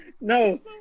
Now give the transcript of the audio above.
no